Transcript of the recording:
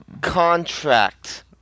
contract